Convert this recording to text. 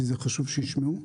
חשוב שישמעו אותה.